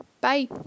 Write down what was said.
Bye